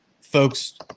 folks